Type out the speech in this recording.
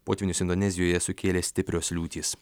potvynius indonezijoje sukėlė stiprios liūtys